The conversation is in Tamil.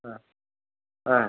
ஆ ஆ